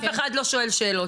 אף אחד לא שואל שאלות.